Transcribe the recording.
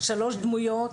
שלוש דמויות,